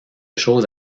chose